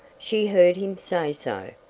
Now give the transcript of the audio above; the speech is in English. she heard him say so,